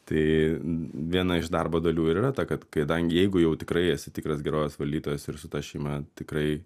tai viena iš darbo dalių ir yra ta kad kadangi jeigu jau tikrai esi tikras gerovės valdytojas ir su ta šeima tikrai